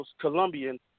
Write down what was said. Colombians